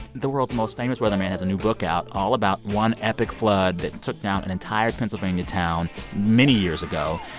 the world's most famous weatherman has a new book out all about one epic flood that took down an entire pennsylvania town many years ago.